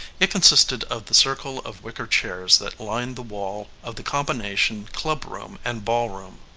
it consisted of the circle of wicker chairs that lined the wall of the combination clubroom and ballroom.